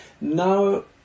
now